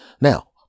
Now